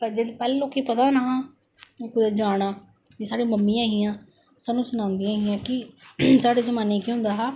पर जेहडे पहले लोकें गी पता गै नेईं हा कुतै जाना साढ़ियां मम्मियां हियां सानू सनांदिया हियां कि हूं साढ़े जमाने च केह् होंदा हा